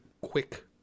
quick